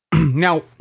Now